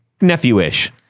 nephew-ish